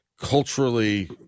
culturally